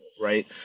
right